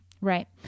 Right